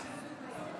סוכם